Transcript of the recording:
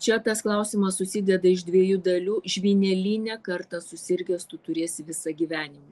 čia tas klausimas susideda iš dviejų dalių žvynėline kartą susirgęs tu turės visą gyvenimą